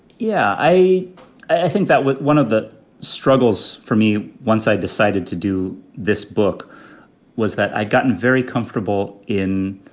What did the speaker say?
yeah, i, i think that one of the struggles for me once i decided to do this book was that i've gotten very comfortable in